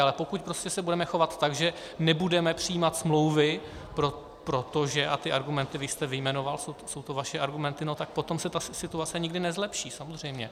Ale pokud se budeme chovat tak, že nebudeme přijímat smlouvy, protože a ty argumenty vy jste vyjmenoval, jsou to vaše argumenty tak potom se ta situace nikdy nezlepší, samozřejmě.